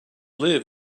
live